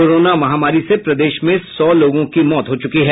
corona महामारी से अब तक सौ लोगों की मौत हो चुकी है